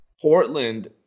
portland